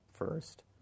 First